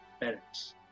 parents